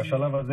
בטבח הזה,